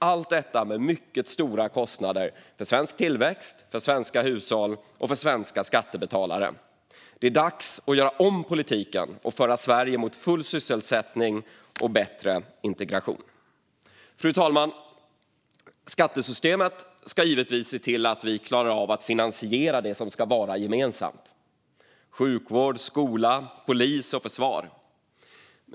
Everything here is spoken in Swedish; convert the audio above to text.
Allt detta sker med mycket stora kostnader för svensk tillväxt, för svenska hushåll och för svenska skattebetalare. Det är dags att göra om politiken och föra Sverige mot full sysselsättning och bättre integration. Fru talman! Skattesystemet ska givetvis se till att vi klarar av att finansiera det som ska vara gemensamt; sjukvård, skola, polis och försvar.